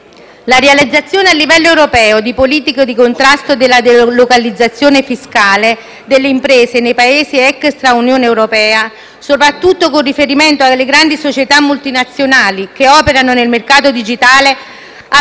La realizzazione a livello europeo di politiche di contrasto della delocalizzazione fiscale delle imprese nei Paesi extra Unione europea, soprattutto con riferimento alle grandi società multinazionali che operano nel mercato digitale,